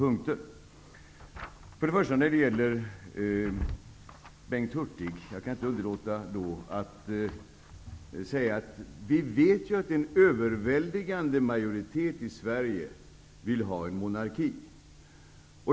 Jag kan inte underlåta att till Bengt Hurtig säga att vi vet att en överväldigande majoritet i Sverige vill ha monarki.